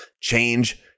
change